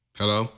hello